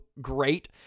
great